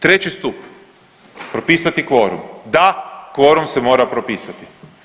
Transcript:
Treći stup, propisati kvorum, da kvorum se mora propisati.